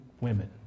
women